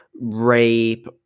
rape